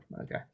Okay